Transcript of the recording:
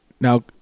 Now